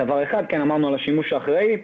דברנו על השימוש האחראי,